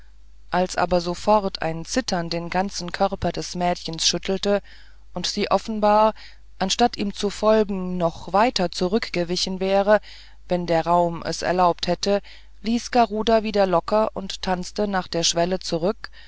als aber sofort ein zittern den ganzen körper des mädchens schüttelte und sie offenbar anstatt ihm zu folgen noch weiter zurückgewichen wäre wenn der raum das erlaubt hätte ließ garuda wieder locker und tanzte nach der schwelle zurück